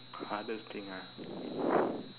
hardest thing ah